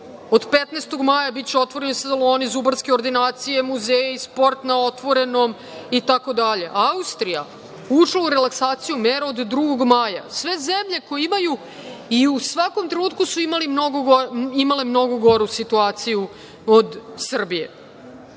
od 15. maja biće otvoreni saloni, zubarske ordinacije, muzeji, sport na otvorenom i tako dalje. Austrija, ušla u relaksaciju mera od 2. maja, sve zemlje koje imaju i u svakom trenutku su imale mnogo goru situaciju od Srbije. Dakle,